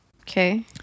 Okay